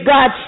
God